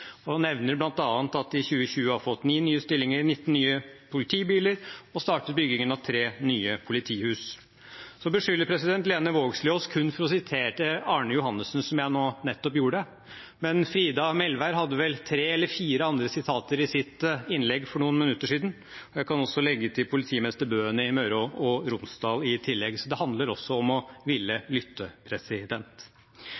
og nevner bl.a. at de i 2020 har fått 9 nye stillinger, 19 nye politibiler og har startet byggingen av 3 nye politihus. Så beskylder Lene Vågslid oss for kun å sitere Arne Johannessen, som jeg nå nettopp gjorde, men Frida Melvær hadde vel tre eller fire andre sitater i sitt innlegg for noen minutter siden. Jeg kan også legge til det som politimester Bøen i Møre og Romsdal har uttalt. Så det handler også om å ville